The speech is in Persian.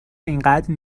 اینقدر